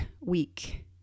week